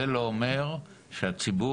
זה לא אומר שהציבור,